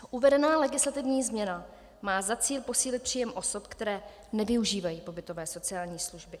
Uvedená legislativní změna má za cíl posílit příjem osob, které nevyužívají pobytové sociální služby.